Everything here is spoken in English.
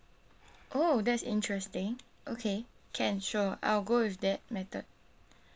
oh that's interesting okay can sure I'll go with that method